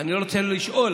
אני לא רוצה לשאול,